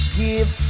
give